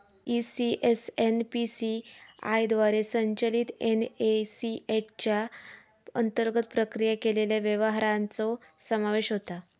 ECS NPCI द्वारे संचलित NACH च्या अंतर्गत प्रक्रिया केलेल्या व्यवहारांचो समावेश होता